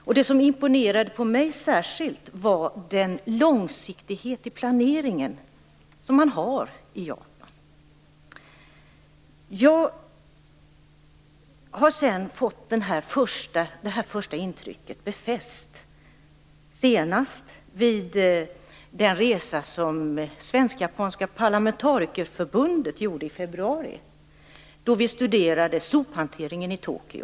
Det som särskilt imponerade på mig var den långsiktighet i planeringen som finns i Jag har sedan fått detta första intryck befäst, senast vid den resa som Svensk-Japanska Parlamentarikerförbundet gjorde i februari. Vi studerade då sophanteringen i Tokyo.